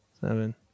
seven